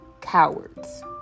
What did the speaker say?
cowards